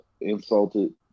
insulted